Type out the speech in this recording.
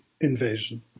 invasion